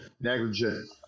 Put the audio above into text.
negligent